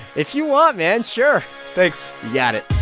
if you want, man, sure thanks you got it